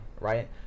right